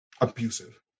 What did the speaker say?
abusive